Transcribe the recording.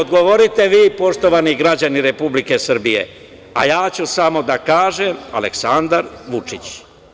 Odgovorite vi, poštovani građani Republike Srbije, a ja ću samo da kažem - Aleksandar Vučić.